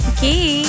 Okay